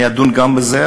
אני אדון גם בזה,